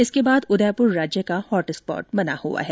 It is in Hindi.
इसके बाद उदयपुर राज्य का हॉट स्पॉट बना हुआ है